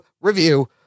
Review